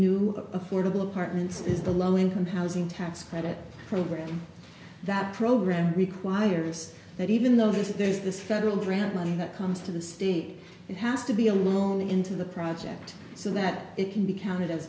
new affordable apartments is the low income housing tax credit program that program requires that even though this is there's this federal grant money that comes to the state it has to be a loan into the project so that it can be counted